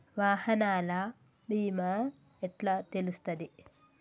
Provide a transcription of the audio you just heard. వాహనాల బీమా ఎట్ల తెలుస్తది?